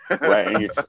Right